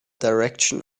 direction